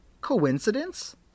Coincidence